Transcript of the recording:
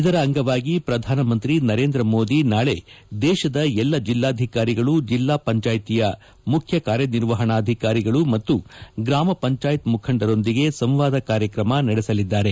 ಇದರ ಅಂಗವಾಗಿ ಪ್ರಧಾನಮಂತ್ರಿ ನರೇಂದ್ರ ಮೋದಿ ನಾಳೆ ದೇಶದ ಎಲ್ಲಾ ಜಿಲ್ಲಾಧಿಕಾರಿಗಳು ಜಿಲ್ಲಾಪಂಚಾಯತಿಯ ಮುಖ್ಯ ಕಾರ್ಯ ನಿರ್ವಹಣಾಧಿಕಾರಿಗಳು ಮತ್ತು ಗ್ರಾಮ ಪಂಚಾಯತ್ ಮುಖಂಡರೊಂದಿಗೆ ಸಂವಾದ ಕಾರ್ಯಕ್ರಮ ನಡೆಸಲಿದ್ದಾರೆ